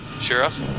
Sheriff